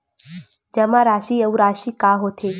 जमा राशि अउ राशि का होथे?